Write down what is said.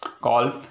call